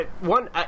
One